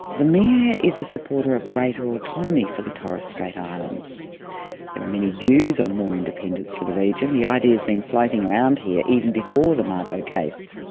the mayor is a supporter of greater autonomy for the torres strait islands. there are many views on more independence for the region, the idea's been floating around here even before the mabo case.